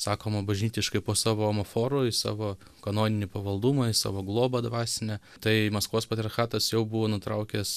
sakoma bažnytiškai po savo amoforu į savo kanoninį pavaldumą į savo globą dvasinę tai maskvos patriarchatas jau buvo nutraukęs